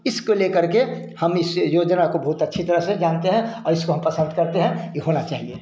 इसको लेकर के हम इस योजना को बहुत अच्छी तरह से जानते हैं और इसको हम पंसद करते हैं यह होना चाहिए